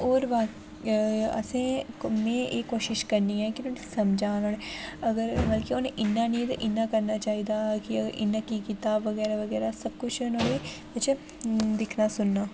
होर असें में एह् कोशश करनी ऐ कि मिगी समझा नुहाड़े अगर मतलब कि उ'न्ने इ'यां नेईं ते इ'यां करना चाहि्दा मतलब कि इ'यां कीऽ कीता बगैरा बगैरा सब कुछ नुहाड़े बिच दिक्खना सुनना